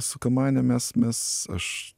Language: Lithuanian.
su kamanėmis mes aš